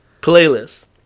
playlist